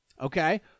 Okay